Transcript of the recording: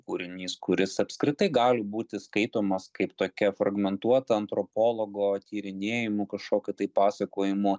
kūrinys kuris apskritai gali būti skaitomas kaip tokia fragmentuota antropologo tyrinėjimų kažkokių tai pasakojimų